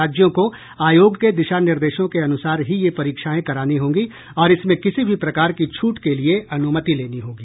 राज्यों को आयोग के दिशा निर्देशों के अनुसार ही ये परीक्षाएं करानी होगी और इसमें किसी भी प्रकार की छूट के लिए अनुमति लेनी होगी